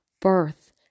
birth